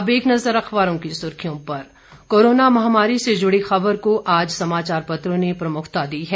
अब एक नज़र अखबारों की सुर्खियों पर कोरोना महामारी से जुडी खबर को आज समाचार पत्रों ने प्रमुखता दी है